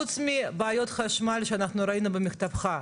חוץ מבעיות חשמל שראינו במכתבך,